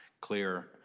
clear